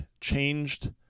changed